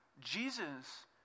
Jesus